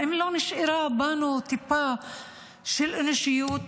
האם לא נשארה בנו טיפה של אנושיות?